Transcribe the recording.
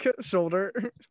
shoulder